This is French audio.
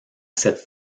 cette